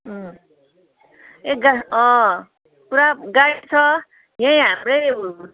ए गा पुरा गाडी छ यहाँ हाम्रै